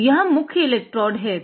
तो यह मुख्य एलेक्ट्रोड़ हैं